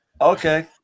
Okay